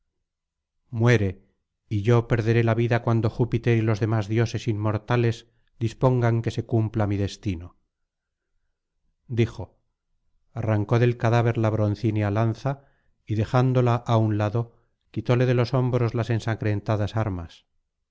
muere y yo perderé la vida cuando júpiter y los demás dioses inmortales dispongan que se cumpla mi destino dijo arrancó del cadáver la broncínea lanza y dejándola á un lado quitóle de los hombros las ensangrentadas armas